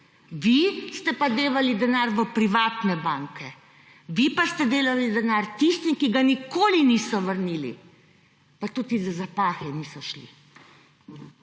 Vi ste pa devali denar v privatne banke, vi pa ste devali denar tistim, ki ga nikoli niso vrnili. Pa tudi za zapahe niso šli.